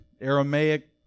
Aramaic